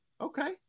Okay